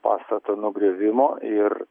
pastato nugriovimo ir